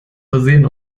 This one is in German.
versehen